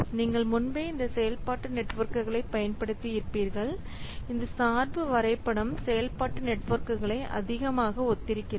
நீங்கள் முன்பே இந்த செயல்பாட்டு நெட்வொர்க்குகளை பயன்படுத்தி இருப்பீர்கள் இந்த சார்பு வரைபடம் செயல்பாட்டு நெட்வொர்க்குகளை அதிகமாக ஒத்திருக்கிறது